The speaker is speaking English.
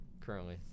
currently